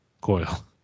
Coil